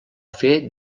fer